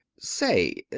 say,